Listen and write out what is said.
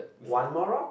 one more rock